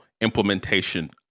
implementation